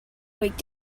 week